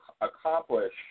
accomplish